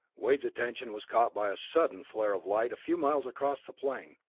wade's attention was caught by a sudden flare of light a few miles across the plain.